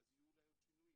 אז יהיו אולי עוד שינויים.